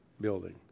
building